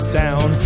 down